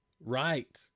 Right